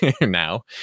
Now